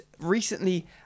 recently